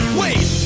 wait